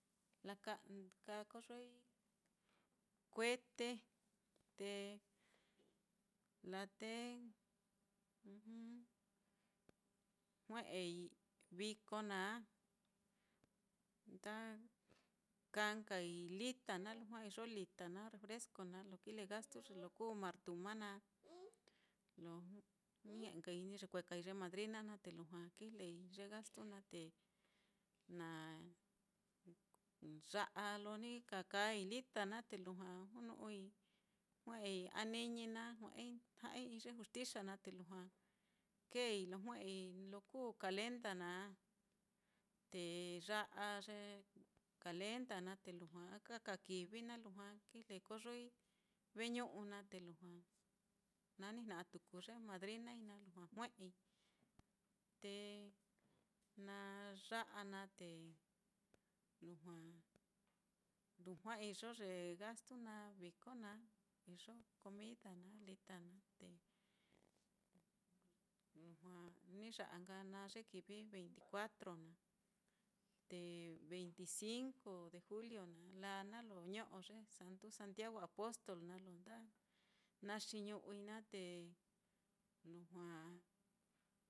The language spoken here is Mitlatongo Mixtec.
Laka laka koyoi kuete te laa te jue'ei viko naá, nda kaa nkai lita naá, lujua iyo lita naá, refresco naá, lo kile gastu ye lo kuu martuma naá, lo ni ñe'e nkai ni yekuekai ye madrina naá, te lujua kijlei ye gastu naá, te na ya'a lo ni ka kaai lita naá te lujua junu'ui jue'ei aniñi naá, jue'ei ja'ai i'i ye juxtixa naá te lujua keei lo jue'ei lo kuu calenda naá, te ya'a ye calenda naá, te lujua ɨka kivi naá, lujua kijle koyoi veñu'u naá, te lujua nanijna'a tuku ye madrinai naá lujua jue'ei, te na ya'a naá te lujua, lujua iyo ye gastu naá viko naá, iyo comida naá, lita naá te lujua ni ya'a nka naá ye kivi veinti cuatro naá, te veinti cinco de julio naá, laa naá lo ño'o ye santu santiago apostol naá, lo nda naxiñu'ui naá te lujua